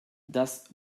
das